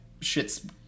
shits